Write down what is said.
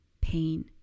pain